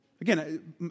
again